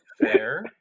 Fair